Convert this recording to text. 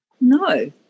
No